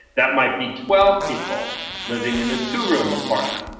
that might be twelve people living in a two-room apartment.